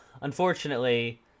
unfortunately